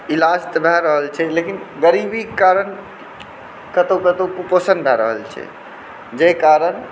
इलाज तऽ भए रहल छै लेकिन गरीबीके कारण कतौ कतौ कुपोषण भए रहल छै जाहि कारण